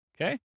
Okay